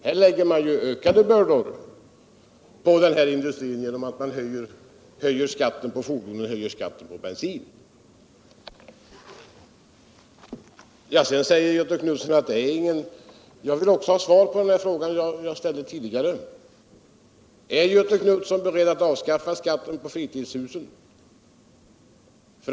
Här lägger man ökade bördor på bilindustrin genom att höja fordonsskatten och skatten på bensin. Jag vill ha svar på den fråga som jag tidigare ställde: Är Göthe Knutson beredd att avskaffa skatten på fritidshus?